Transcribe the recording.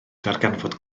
darganfod